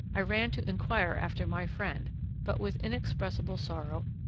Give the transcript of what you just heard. i ran to inquire after my friend but, with inexpressible sorrow,